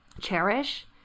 cherish